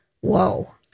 whoa